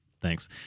Thanks